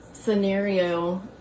scenario